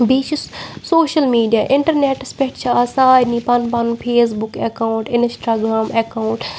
بیٚیہِ چھُ social media internets پٮ۪ٹھ چھِ آز سارنی پَنُن پَنُن Facebook account Instagram account